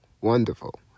wonderful